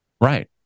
Right